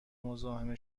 مزاحم